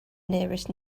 nearest